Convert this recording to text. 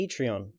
Patreon